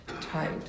tight